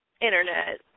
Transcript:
Internet